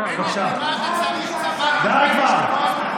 די כבר.